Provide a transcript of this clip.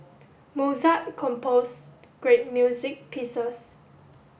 Mozart composed great music pieces